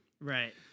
Right